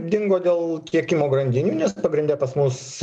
dingo dėl tiekimo grandinių nes pagrinde pas mus